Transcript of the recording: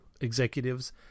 executives